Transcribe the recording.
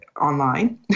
online